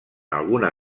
alguna